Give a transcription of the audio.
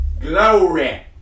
Glory